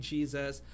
Jesus